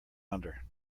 pounder